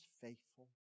faithful